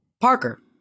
Parker